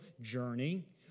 journey